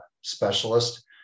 specialist